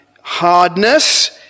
hardness